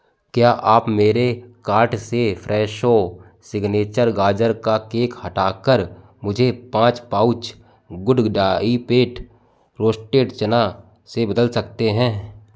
क्या आप मेरे कार्ट से फ़्रेशो सिग्नेचर गाजर का केक हटाकर इसे पाँच पाउच गुडडाइऐट रोस्टेड चना से बदल सकते हैं